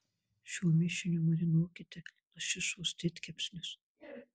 šiuo mišiniu marinuokite lašišos didkepsnius